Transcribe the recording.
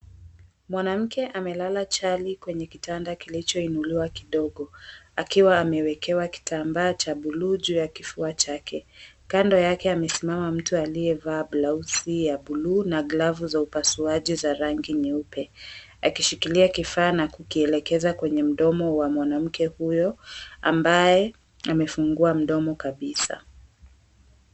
Mwanamke amelala chali kwenye kitanda kilichoinuliwa kidogo. Akiwa amewekewa kitambaa cha buluu juu ya kifua chake. Kando yake amesimama mtu aliyevaa blauzi ya buluu na glavu za upasuaji za rangi nyeupe. Akishikilia kifaa na kukielekeza kwenye mdomo wa mwanamke huyo ambaye amefungua mdomo kabisa.